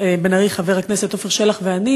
חבר הכנסת עפר שלח ואני,